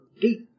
deep